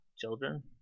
children